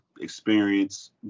experience